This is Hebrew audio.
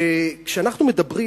וכשאנחנו מדברים,